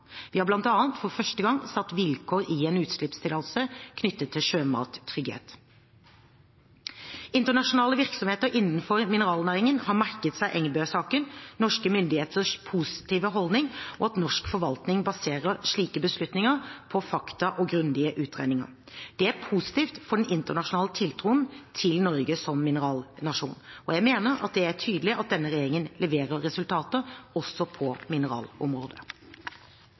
Vi har bl.a. for første gang satt vilkår i en utslippstillatelse knyttet til sjømattrygghet. Internasjonale virksomheter innenfor mineralnæringen har merket seg Engebø-saken, norske myndigheters positive holdning og at norsk forvaltning baserer slike beslutninger på fakta og grundige utredninger. Det er positivt for den internasjonale tiltroen til Norge som mineralnasjon. Jeg mener det er tydelig at denne regjeringen leverer resultater også på mineralområdet.